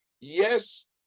Yes